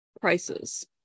prices